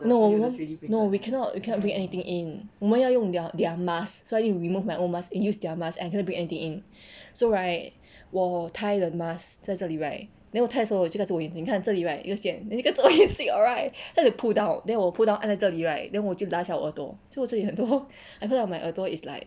no no we cannot we cannot bring anything in 我们要用 their mask so I need to remove my own mask and use their mask and I cannot bring anything in so right 我 tie 了 mask 在这里 right then 我 tie 的时候我就带着我眼镜这里看 right 一个线 pull down then 我 pull down 按在这里 right then 我就拉下我耳朵所以我这里很多 after that my 耳朵 is like